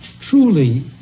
Truly